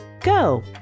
Go